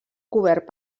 cobert